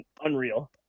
unreal